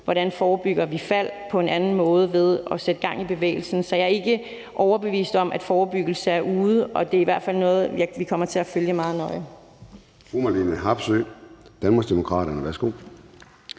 Kunne vi forebygge fald på en anden måde, f.eks ved at sætte gang i bevægelse? Så jeg er ikke overbevist om, at forebyggelse er ude, og det er i hvert fald noget, vi kommer til at følge meget nøje.